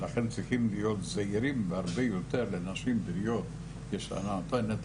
ולכן צריכים להיות זהירים יותר בנשים בריאות כשניתן את